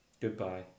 Goodbye